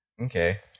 Okay